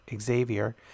Xavier